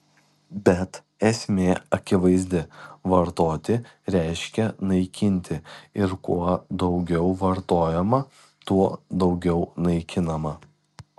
bet esmė akivaizdi vartoti reiškia naikinti ir kuo daugiau vartojama tuo daugiau naikinama